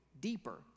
deeper